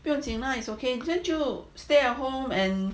不用紧 lah it's okay then 就 stay at home and